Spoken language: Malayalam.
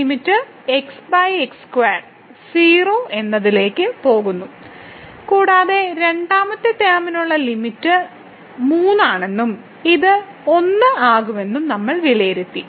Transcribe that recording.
ഈ ലിമിറ്റ് 0 എന്നതിലേക്ക് പോകുന്നു കൂടാതെ രണ്ടാമത്തെ ടേമിനുള്ള ലിമിറ്റ് മൈനസ് 3 ആണെന്നും ഇത് 1 ആകുമെന്നും നമ്മൾ വിലയിരുത്തി